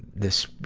this,